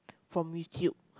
from YouTube